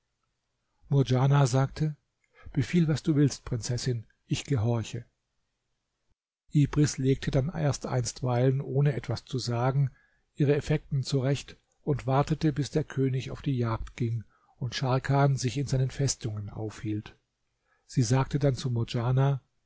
murdjana sagte befiehl was du willst prinzessin ich gehorche ibris legte dann erst einstweilen ohne etwas zu sagen ihre effekten zurecht und wartete bis der könig auf die jagd ging und scharkan sich in seinen festungen aufhielt sie sagte dann zu